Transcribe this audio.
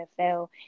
NFL